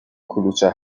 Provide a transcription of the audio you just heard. کلوچه